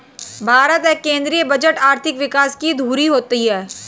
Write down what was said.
भारत का केंद्रीय बजट आर्थिक विकास की धूरी होती है